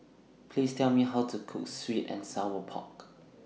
Please Tell Me How to Cook Sweet and Sour Pork